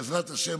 בעזרת השם,